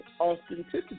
authenticity